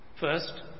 First